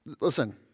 Listen